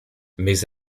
mes